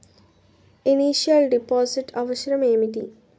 Initial deposit అవసరం ఏమిటి?